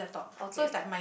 okay